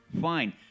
fine